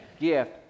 Gift